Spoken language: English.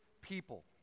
people